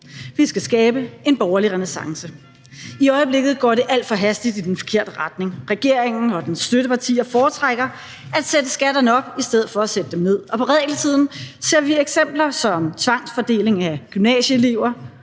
Vi skal skabe en borgerlig renæssance. I øjeblikket går det alt for hastigt i den forkerte retning. Regeringen og dens støttepartier foretrækker at sætte skatterne op i stedet for at sætte dem ned, og på regelsiden ser vi eksempler som tvangsfordeling af gymnasieelever